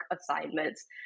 assignments